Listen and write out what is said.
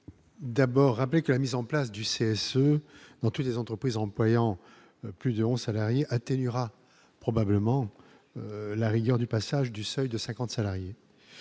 d'abord rappeler que la mise en place du CSE dans toutes les entreprises employant plus de 11 salariés atténuera probablement la rigueur du passage du seuil de 50 salariés